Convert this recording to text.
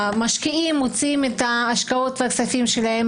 המשקיעים מוציאים את ההשקעות והכספים שלהם